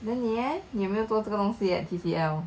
then 你你有没有做这个东西 at T_C_L